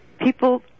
people